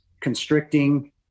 constricting